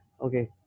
Okay